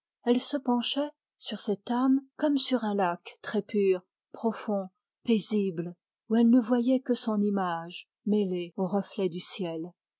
elle se penchait sur cette âme comme sur un lac très pur profond paisible où elle ne voyait que son image mêlée au reflet du ciel